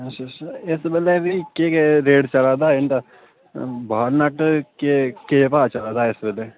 अच्छा अच्छा इस बैल्ले बी केह् केह् रेट चला दा इं'दा वॉलनट केह् केह् भाऽ चला दा ऐ इस बैल्ले